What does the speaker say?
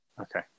Okay